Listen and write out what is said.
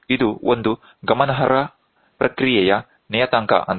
ಇದು ಒಂದು ಗಮನಾರ್ಹ ಪ್ರಕ್ರಿಯೆಯ ನಿಯತಾಂಕವಾಗಿದೆ